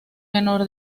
menor